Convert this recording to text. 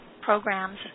programs